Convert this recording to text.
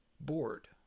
bored